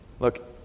Look